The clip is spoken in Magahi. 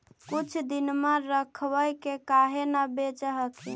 कुछ दिनमा रखबा के काहे न बेच हखिन?